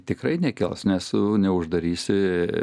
tikrai nekels nes neuždarysi